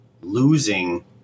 losing